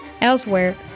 Elsewhere